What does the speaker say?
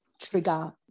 trigger